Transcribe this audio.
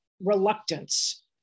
reluctance